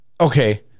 Okay